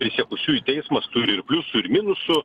prisiekusiųjų teismas turi ir pliusų ir minusų